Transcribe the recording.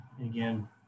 again